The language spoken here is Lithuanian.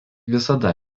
visada